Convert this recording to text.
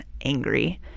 angry